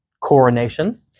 coronation